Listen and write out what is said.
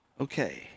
Okay